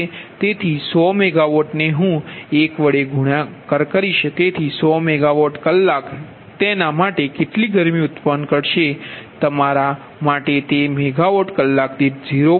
તેથી 100 megawatt ને હું 1 કરીશ તેથી 100 મેગા વોટ કલાક તેના માટે કેટલી ગરમી ઉત્પન્ન થશે તે છે તમારા માટે તે મેગાવોટ કલાક દીઠ 0